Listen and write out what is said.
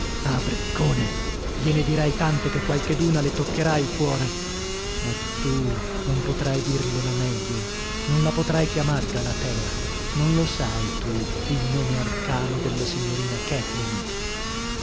ah briccone gliene dirai tante che qualcheduna le toccherà il cuore ma tu non potrai dirle la meglio non la potrai chiamar galatea non lo sai tu il nome arcano della signorina kathleen